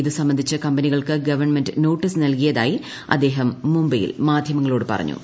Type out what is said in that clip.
ഇതു സംബന്ധിച്ച് കമ്പനികൾക്ക് ഗവൺമെന്റ് നോട്ടീസ് നൽകിയതായി അദ്ദേഹം മുംബൈയിൽ മാധ്യമങ്ങളോട് പറഞ്ഞു